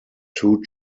two